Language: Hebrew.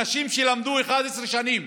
אנשים שלמדו 11 שנים